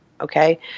okay